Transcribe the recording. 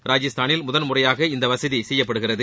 ராஜஸ்தானில் முதன் முறையாக இந்த வசதி செய்யப்படுகிறது